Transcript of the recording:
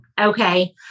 Okay